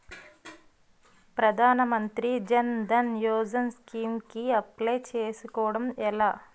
ప్రధాన మంత్రి జన్ ధన్ యోజన స్కీమ్స్ కి అప్లయ్ చేసుకోవడం ఎలా?